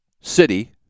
city –